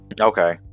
Okay